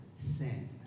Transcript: sin